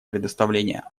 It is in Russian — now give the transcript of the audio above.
предоставления